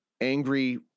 angry